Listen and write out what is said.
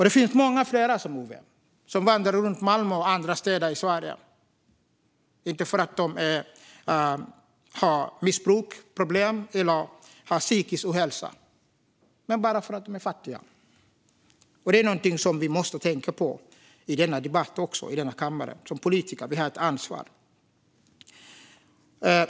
Det finns många fler som Ove, som vandrar runt Malmö och andra städer i Sverige, inte för att de har missbruksproblem eller lider av psykisk ohälsa utan bara för att de är fattiga. Detta är något vi också måste tänka på i denna debatt här i kammaren. Som politiker har vi ett ansvar.